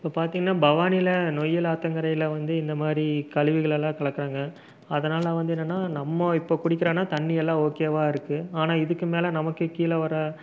இப்போ பார்த்தீங்கன்னா பவானியில் நொய்யல் ஆற்றங்கரையில வந்து இந்த மாரி கழிவுகள் எல்லா கலக்குறாங்க அதனால் வந்து என்னென்னா நம்ம இப்போ குடிக்கிறேம்னா தண்ணியெல்லாம் ஓகேவா இருக்குது ஆனால் இதுக்கு மேல நமக்கு கீழே வர